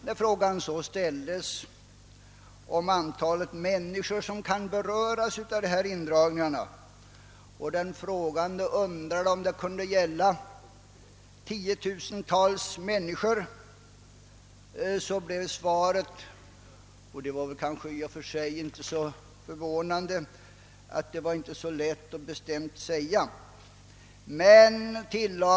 När frågan så ställdes, om det kunde vara tiotusentals människor som berörs av dessa indragningar, blev svaret — och detta är väl i och för sig inte förvånande — att det inte var så lätt att bestämt säga någonting om saken.